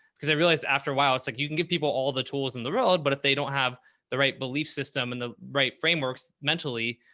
because i realized after a while, it's like, you can give people all the tools in the world, but if they don't have the right belief system and the right frameworks mentally,